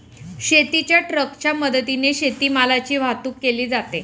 शेतीच्या ट्रकच्या मदतीने शेतीमालाची वाहतूक केली जाते